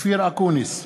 אופיר אקוניס,